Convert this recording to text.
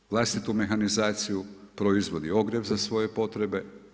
Sam vlastitu mehanizaciju proizvodi, ogrijev za svoje potrebe.